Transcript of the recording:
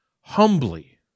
humbly